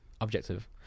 objective